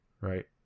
right